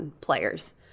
players